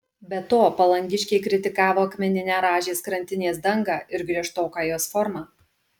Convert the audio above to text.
be to palangiškiai kritikavo akmeninę rąžės krantinės dangą ir griežtoką jos formą